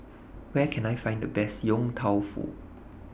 Where Can I Find The Best Yong Tau Foo